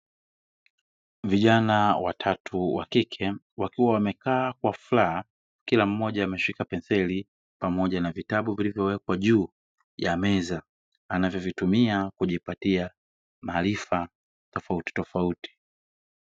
Vijana watatu wa kike wakiwa wamekaa kwa furaha, kila mmoja ameshika penseli pamoja na vitabu vilivyowekwa juu ya meza anavyovitumia kujipatia maarifa tofautitofauti.